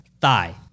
thigh